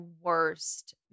worst